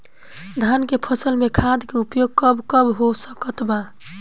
धान के फसल में खाद के उपयोग कब कब हो सकत बा?